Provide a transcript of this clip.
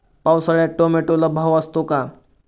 पावसाळ्यात टोमॅटोला भाव असतो का?